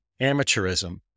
amateurism